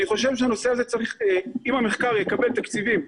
אני חושב שאם המחקר יקבל תקציבים,